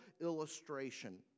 illustration